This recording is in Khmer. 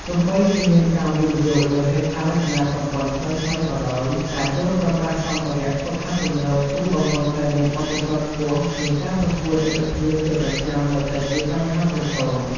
ទោះបីជាមានការវិនិយោគលើហេដ្ឋារចនាសម្ព័ន្ធថ្មីៗក៏ដោយ ការចូលប្រើប្រាស់សម្ភារៈហ្វឹកហាត់ទំនើប គ្រូបង្វឹកដែលមានបទពិសោធន៍ខ្ពស់ និងការប្រកួតមិត្តភាពជាប្រចាំនៅតែជាបញ្ហាប្រឈម។